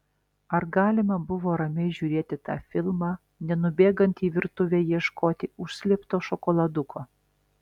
ar galima buvo ramiai žiūrėti tą filmą nenubėgant į virtuvę ieškoti užslėpto šokoladuko